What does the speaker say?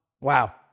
Wow